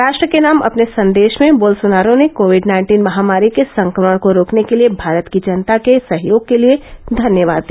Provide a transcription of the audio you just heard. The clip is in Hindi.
राष्ट्र के नाम अपने संदेश में बोलसोनारो ने कोविड नाइन्टीन महामारी के संक्रमण को रोकने के लिए भारत की जनता के सहयोग के लिए धन्यवाद दिया